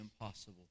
impossible